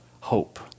hope